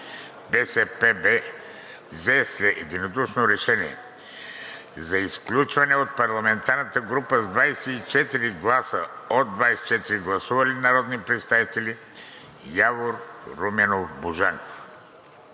БСПБ взе единодушно решение за изключване от парламентарната група с 24 гласа от 24 гласували народни представители Явор Руменов Божанков,